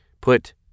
put